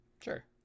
Sure